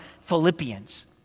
Philippians